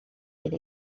iddi